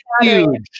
huge